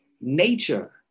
nature